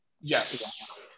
Yes